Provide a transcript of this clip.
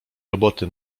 roboty